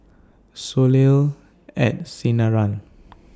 Soleil At Sinaran